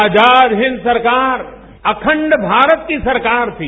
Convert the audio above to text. आजाद हिंद सरकार अखंड भारत की सरकार थी